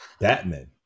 Batman